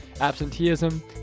absenteeism